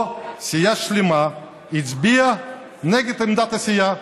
פה סיעה שלמה הצביעה נגד עמדת הסיעה.